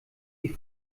die